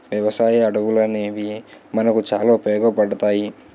వ్యవసాయ అడవులనేవి మనకు చాలా ఉపయోగపడతాయి